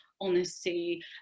honesty